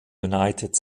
united